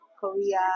Korea